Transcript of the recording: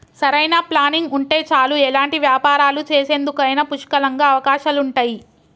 సరైన ప్లానింగ్ ఉంటే చాలు ఎలాంటి వ్యాపారాలు చేసేందుకైనా పుష్కలంగా అవకాశాలుంటయ్యి